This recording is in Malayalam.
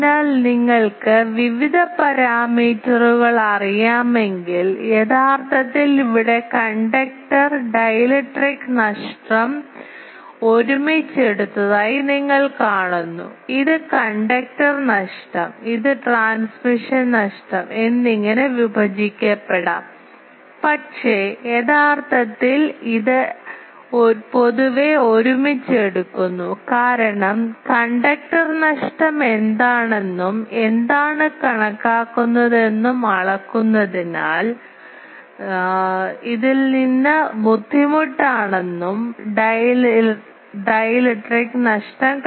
അതിനാൽ നിങ്ങൾക്ക് വിവിധ പാരാമീറ്ററുകൾ അറിയാമെങ്കിൽ യഥാർത്ഥത്തിൽ ഇവിടെ കണ്ടക്ടർ ഡീലക്ട്രിക് നഷ്ടം ഒരുമിച്ച് എടുത്തതായി നിങ്ങൾ കാണുന്നു ഇത് കണ്ടക്ടർ നഷ്ടം ട്രാൻസ്മിഷൻ നഷ്ടം എന്നിങ്ങനെ വിഭജിക്കപ്പെടാം പക്ഷേ യഥാർത്ഥത്തിൽ ഇത് പൊതുവെ ഒരുമിച്ച് എടുക്കുന്നു കാരണം കണ്ടക്ടർ നഷ്ടം എന്താണെന്നും എന്താണ് കണക്കാക്കുന്നത് എന്നും അളക്കുന്നതിൽ നിന്ന് വളരെ ബുദ്ധിമുട്ടാണെന്നും ഡീലക്ട്രിക് നഷ്ടം